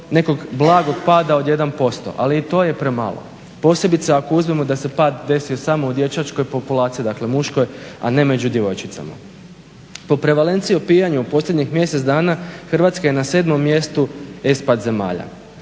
nekog blagog pada od 1%, ali i to je premalo posebice ako uzmemo da se pad desio samo u dječačkoj populaciji, dakle muškoj, a ne među djevojčicama. Po prevalenciji, opijanju u posljednjih mjesec dana Hrvatska je na 7 mjestu ESPAT zemalja,